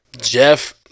Jeff